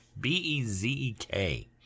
B-E-Z-E-K